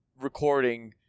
recording